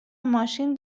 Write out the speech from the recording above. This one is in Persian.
ماشین